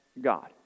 God